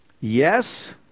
Yes